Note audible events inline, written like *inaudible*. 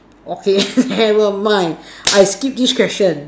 okay *laughs* never mind I skip this question